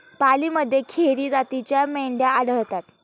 पालीमध्ये खेरी जातीच्या मेंढ्या आढळतात